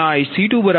92 કહેલ છે